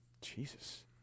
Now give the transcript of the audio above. Jesus